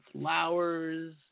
flowers